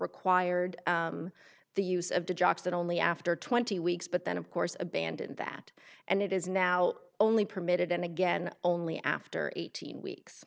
required the use of jock's it only after twenty weeks but then of course abandoned that and it is now only permitted and again only after eighteen weeks